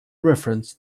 reference